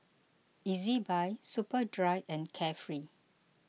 Ezbuy Superdry and Carefree